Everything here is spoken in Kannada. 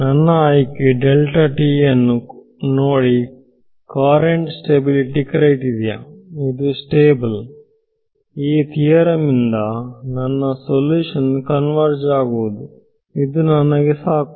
ನನ್ನ ಆಯ್ಕೆ ಯನ್ನು ನೋಡಿ ಕೊರಂಟ್ ಸ್ಟೆಬಿಲಿಟಿ ಕ್ರೈಟೀರಿಯ ಇದು ಸ್ಟೇಬಲ್ ಈ ಥಿಯರಂ ಇಂದ ನನ್ನ ಸೊಲ್ಯೂಷನ್ ಕನ್ವರ್ಜ ಆಗುವುದು ನನಗೆ ಸಾಕು